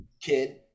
kid